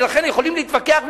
ולכן יכולים להתווכח,